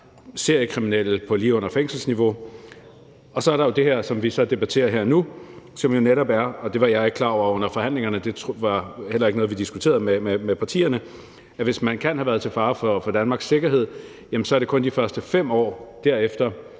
seriekriminelle på lige under fængselsniveau. Og så er der jo det her, som vi debatterer her nu, som netop er – og det var jeg ikke klar over under forhandlingerne, og det var heller ikke noget, vi diskuterede med partierne – at hvis man kan have været til fare for Danmarks sikkerhed, så er det kun de første 5 år derefter,